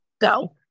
go